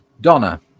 Donna